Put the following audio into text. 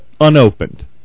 unopened